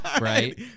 Right